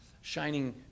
shining